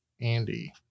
Andy